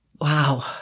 Wow